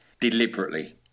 deliberately